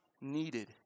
needed